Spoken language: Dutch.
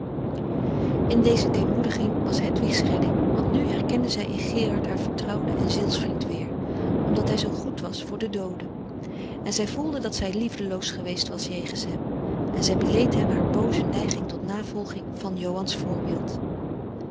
in deze deemoediging was hedwigs redding want nu herkende zij in gerard haar vertrouwde en zielsvriend weer omdat hij zoo goed was voor den doode en zij voelde dat zij liefdeloos geweest was jegens hem en zij beleed hem haar booze neiging tot navolging van johan's voorbeeld